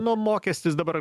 na mokestis dabar